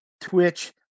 Twitch